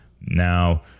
Now